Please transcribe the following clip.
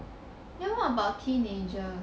then what about teenager